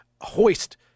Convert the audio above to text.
hoist –